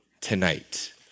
tonight